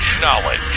Knowledge